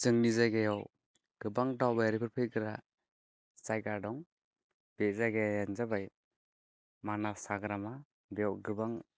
जोंनि जायगायाव गोबां दावबायारिफोर फैग्रा जायगा दं बे जायगायानो जाबाय मानास हाग्रामा बेयाव गोबां